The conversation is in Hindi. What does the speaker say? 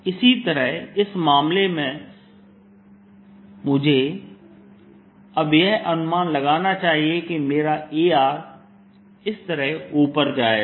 इसी तरह इस मामले में मुझे अब यह अनुमान लगाना चाहिए कि मेरा A इस तरह ऊपर जाएगा